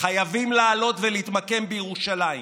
חייבים לעלות ולהתמקם בירושלים.